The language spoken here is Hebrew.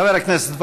מאת חבר הכנסת מיכאל